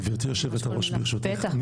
גברתי יושבת הראש ברשותך,